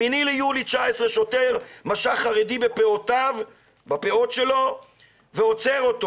8 ביולי 19' שוטר משך חרדי בפאותיו ועוצר אותו.